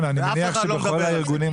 ואף אחד לא מדבר על זה.